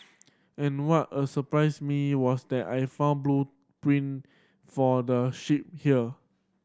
and what a surprised me was that I found blue print for the ship here